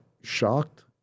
shocked